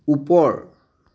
ওপৰ